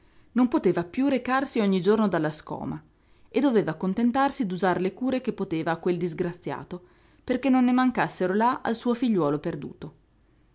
non poteva piú recarsi ogni giorno dalla scoma e doveva contentarsi d'usar le cure che poteva a quel disgraziato perché non ne mancassero là al suo figliuolo perduto